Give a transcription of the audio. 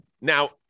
Now